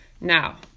Now